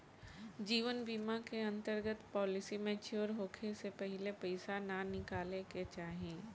जीवन बीमा के अंतर्गत पॉलिसी मैच्योर होखे से पहिले पईसा ना निकाले के चाही